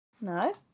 No